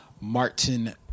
Martin